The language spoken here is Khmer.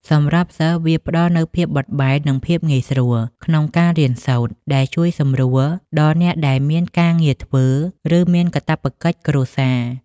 សម្រាប់សិស្ស វាផ្តល់នូវ ភាពបត់បែន និងភាពងាយស្រួល ក្នុងការរៀនសូត្រ ដែលជួយសម្រួលដល់អ្នកដែលមានការងារធ្វើ ឬមានកាតព្វកិច្ចគ្រួសារ។